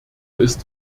ist